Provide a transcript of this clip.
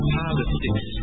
politics